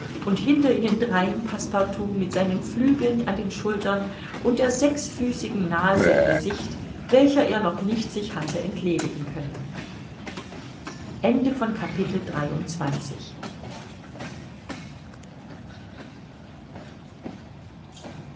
und hinter ihnen drein passepartout mit seinen flügeln an den schultern und der sechsfüßigen nase im gesicht welcher er noch nicht sich hatte entledigen können